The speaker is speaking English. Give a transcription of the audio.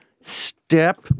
Step